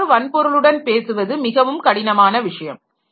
அவ்வாறு வன்பொருளுடன் பேசுவது மிகவும் கடினமான விஷயம்